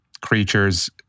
creatures